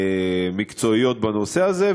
מקצועיות בנושא הזה,